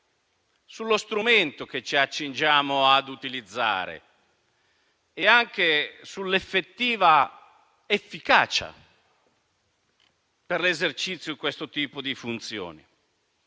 sullo strumento che ci accingiamo ad utilizzare e anche sull'effettiva efficacia dell'esercizio di questo tipo di funzioni.